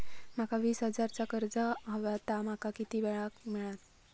माका वीस हजार चा कर्ज हव्या ता माका किती वेळा क मिळात?